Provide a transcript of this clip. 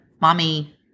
mommy